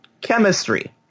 chemistry